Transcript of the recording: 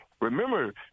Remember